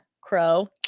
crow